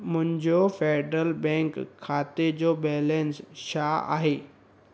मुंजो federal bank खाते जो बैलेंस छा आहे